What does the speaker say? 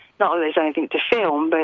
not that there is anything to film, but